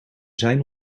zijn